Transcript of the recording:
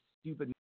stupid